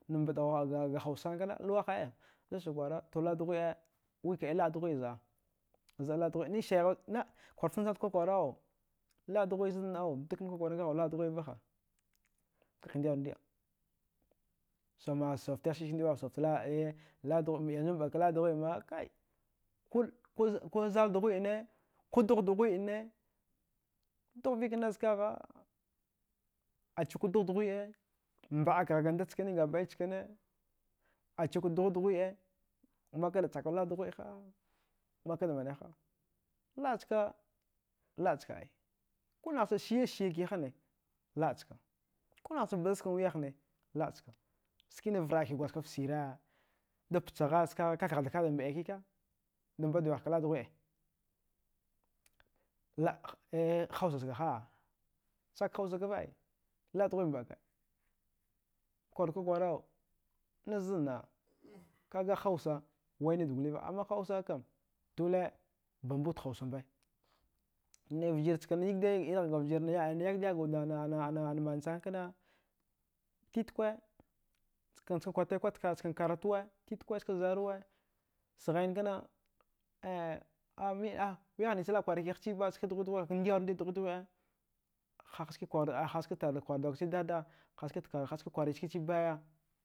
Nambaɗdauga hausa sana kna luwa hai ai zuchakwara to laɗ dughuɗe wikɗai laɗ dughuɗ zɗa zɗa laɗ dughuɗe na kwarchacham chudkwakwarau laɗdughuɗ zanna au dakna kwakwara ngagh au laɗdughuɗe vaha kaka ndi aru ndi a saumagha sausagcha skiski ndiba sauftala e yanzu mɗaka laɗdughue ma kai ko kozai dughuɗe ne kodugh dughuɗ ne dughvikna skagha acikwa dugh dughuɗe mbaɗakgha ga nda chkine achikwa dugh dughuɗe makada chaku laɗ dughuɗe ha. a mak kada man wiyaha laɗchka laɗchka ai kunahcha siyassiya kihana laɗchaka kunahch bzachka wiyahne laɗchka skinavarɗaki gwadjgaft sira dapchagha skagha kakaghda kada mɗai kika dambɗadamaghka laɗ dughuɗe laɗ eeh hausachkaha chakhausakava ai laɗ dughuɗe mɗaka ai, kwarwud kwakwara nazanna. a kaga hausa wainiwad goliva amma hausa kam dole bambawud hausamba nai vgirrna yigdai irighgana yagdiyagwud manasakana titwa nchkna kwartrikwarwud karatuwa titkwa ska zaruwa sghain kna a wiyah nichlaɗkwarakigh chiba ska dughuɗ dughuɗe hahaskikwar hahaski kwardaukachi dada, hahaskacha kwarichi baya.